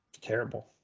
Terrible